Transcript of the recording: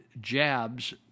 jabs